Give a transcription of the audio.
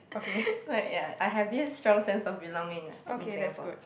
where ya I have this strong sense of belonging ah in Singapore